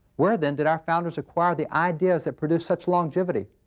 where then did our founders acquire the ideas that produce such longevity?